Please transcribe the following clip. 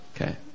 Okay